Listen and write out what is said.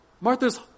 Martha's